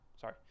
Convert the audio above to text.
Sorry